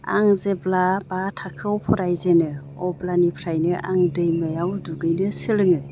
आं जेब्ला बा थाखोआव फरायजेनो अब्लानिफ्रायनो आं दैमायाव दुगैनो सोलोङो